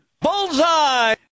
Bullseye